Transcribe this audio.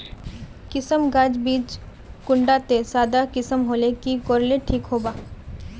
किसम गाज बीज बीज कुंडा त सादा किसम होले की कोर ले ठीक होबा?